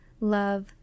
love